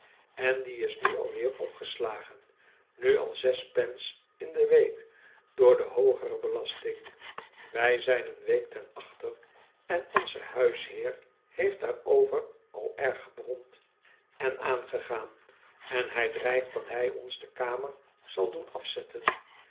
en die is nu al weer opgeslagen nu al zes pence in de week door de hoogere belasting wij zijn een week ten achter en onze huisheer heeft daarover al erg gebromd en aangegaan en hij dreigt dat hij ons de kamer zal doen afzetten